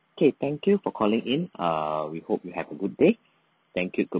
okay thank you for calling in err we hope you have a good day thank you good~